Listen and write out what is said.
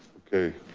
okay.